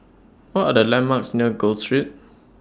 What Are The landmarks near Gul Street